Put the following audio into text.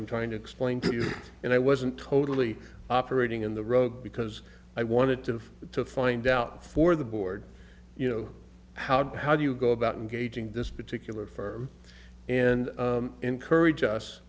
i'm trying to explain to you and i wasn't totally operating in the rug because i wanted to to find out for the board you know how to how do you go about and gauging this particular firm and encourage us